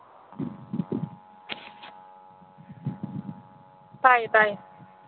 ꯇꯥꯏꯌꯦ ꯇꯥꯏꯌꯦ